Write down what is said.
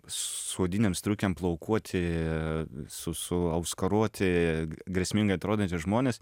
su odinėm striukėm plaukuoti su su auskaruoti grėsmingai atrodantys žmonės